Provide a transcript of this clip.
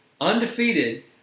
Undefeated